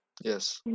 Yes